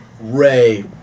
Ray